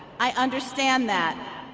i understand that.